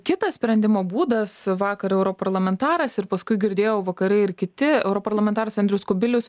kitas sprendimo būdas vakar europarlamentaras ir paskui girdėjau vakare ir kiti europarlamentaras andrius kubilius